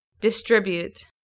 Distribute